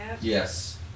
Yes